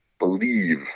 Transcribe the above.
believe